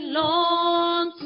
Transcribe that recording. long